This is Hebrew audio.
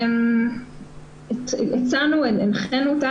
הנחינו אותה,